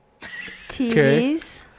TVs